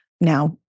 Now